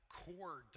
core